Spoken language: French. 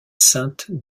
saintes